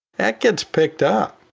that gets picked up.